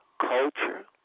culture